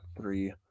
three